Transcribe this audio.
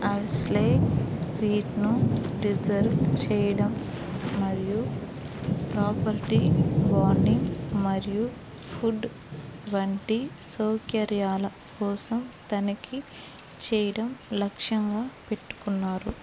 అర్స్లే సీటును రిజర్వ్ చేయడం మరియు ప్రాపర్టీ బాండింగ్ మరియు ఫుడ్ వంటి సౌకర్యాల కోసం తనిఖీ చేయడం లక్ష్యంగా పెట్టుకున్నారు